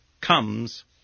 comes